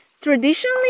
Traditionally